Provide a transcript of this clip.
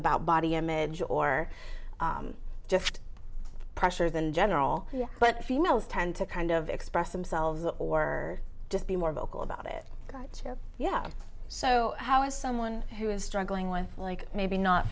about body image or just pressure than general but females tend to kind of express themselves or just be more vocal about it yeah so how is someone who is struggling with like maybe not